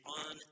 on